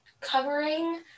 covering